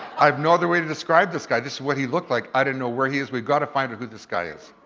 i have no other way to describe this guy. this is what he looked like, i don't know where he is. we've gotta find out who this guy is.